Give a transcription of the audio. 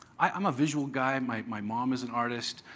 i'm a visual guy. my my mom is an artist.